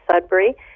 Sudbury